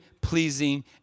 pleasing